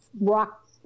rock